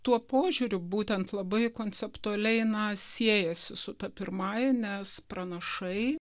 tuo požiūriu būtent labai konceptualiai na siejasi su ta pirmąja nes pranašai